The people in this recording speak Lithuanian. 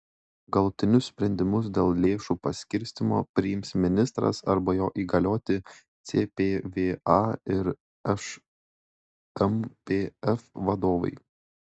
galutinius sprendimus dėl lėšų paskirstymo priims ministras arba jo įgalioti cpva ir šmpf vadovai